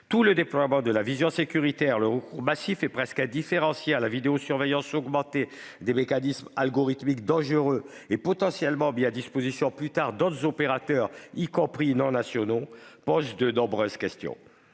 Jeux. Le déploiement de la vision sécuritaire et le recours massif, presque indifférencié, à la vidéosurveillance, le tout augmenté de mécanismes algorithmiques dangereux et potentiellement mis à disposition d'autres opérateurs ultérieurement, y compris non nationaux, soulèvent de nombreuses questions.